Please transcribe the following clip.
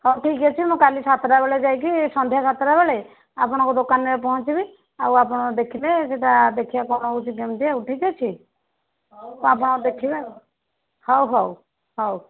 ହଉ ଠିକ୍ ଅଛି ମୁଁ କାଲି ସାତଟା ବେଳେ ଯାଇକି ସନ୍ଧ୍ୟା ସାତଟା ବେଳେ ଆପଣଙ୍କ ଦୋକାନରେ ପହଁଞ୍ଚିବି ଆଉ ଆପଣ ଦେଖିବେ ସେଟା ଦେଖିବା କ'ଣ ହେଉଛି କେମିତି ଆଉ ଠିକ୍ ଅଛି ତ ଆପଣ ଦେଖିବେ ହଉ ହଉ ହଉ